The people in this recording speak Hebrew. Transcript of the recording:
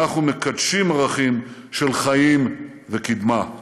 אנחנו מקדשים ערכים של חיים וקדמה.